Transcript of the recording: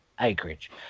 acreage